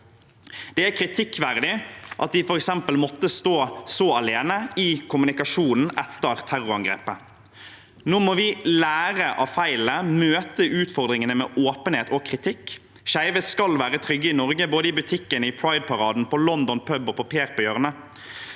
Det er kritikkverdig at de f.eks. måtte stå så alene i kommunikasjonen etter terrorangrepet. Nå må vi lære av feilene og møte utfordringene med åpenhet og kritikk. Skeive skal være trygge i Norge, både i butikken, i prideparaden, på London Pub og på Per på hjørnet.